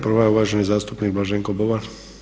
Prva je uvaženi zastupnik Blaženko Boban.